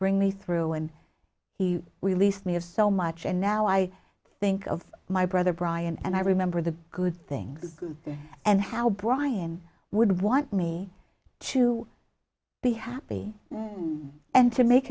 bring me through when he released me of so much and now i think of my brother brian and i remember the good things and how brian would want me to be happy and to make